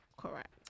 Correct